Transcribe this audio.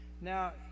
Now